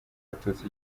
abatutsi